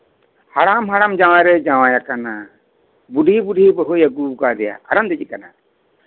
ᱵᱟᱠᱚ ᱢᱮᱱᱟ ᱦᱟᱲᱟᱢ ᱦᱟᱲᱟᱢ ᱡᱟᱶᱟᱭ ᱨᱮᱭ ᱡᱟᱶᱟᱭ ᱟᱠᱟᱱᱟ ᱵᱩᱰᱷᱤ ᱵᱩᱰᱷᱤ ᱵᱟᱹᱦᱩᱭ ᱟᱹᱜᱩ ᱟᱠᱟᱫᱮᱭᱟ ᱦᱟᱲᱟᱢ ᱫᱚᱭ ᱪᱤᱠᱟᱹᱭᱮᱱᱟ